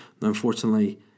unfortunately